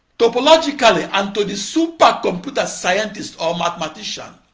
topologically, and to the supercomputer scientist or mathematician,